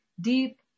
deep